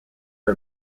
are